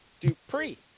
Dupree